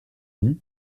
dit